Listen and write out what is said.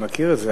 מכיר את זה.